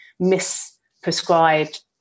misprescribed